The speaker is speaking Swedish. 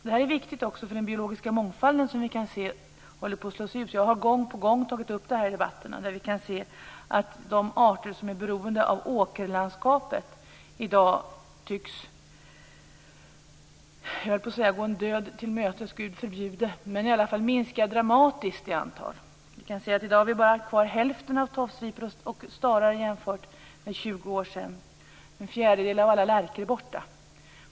Detta är viktigt också för den biologiska mångfalden, som vi kan se håller på att slås ut. Jag har gång på gång tagit upp den frågan i olika debatter. De arter som är beroende av åkerlandskapet tycks i dag, är jag på vippen att säga, gå döden till mötes - Gud förbjude! I varje fall minskar de dramatiskt i antal. I dag har vi bara kvar hälften av tofsviporna och stararna - jämfört med hur det var för 20 år sedan. En fjärdedel av alla lärkor är nu borta.